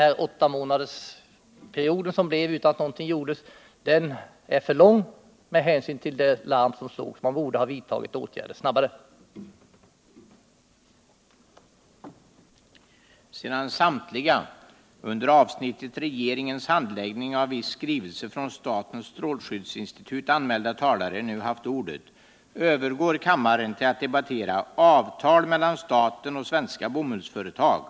Den åtta månader långa period som gick utan att någonting gjordes är för lång — med hänsyn till det larm som slogs. Man borde ha vidtagit åtgärder tidigare än man gjorde.